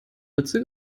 ritze